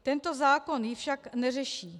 Tento zákon ji však neřeší.